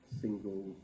single